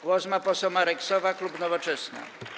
Głos ma poseł Marek Sowa, klub Nowoczesna.